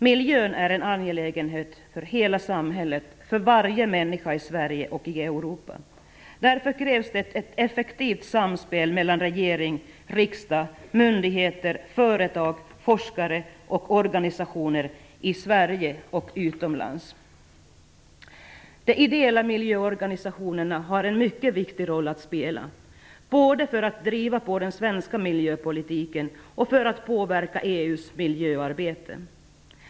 Miljön är en angelägenhet för hela samhället, för varje människa i Sverige och i Europa. Därför krävs det ett effektivt samspel mellan regering, riksdag, myndigheter, företag, forskare och organisationer, i Sverige och utomlands. De ideella miljöorganisationerna har en viktig roll att spela, både för att driva på den svenska miljöpolitiken och för att påverka EU:s miljöarbete.